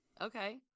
Okay